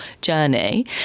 journey